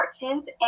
important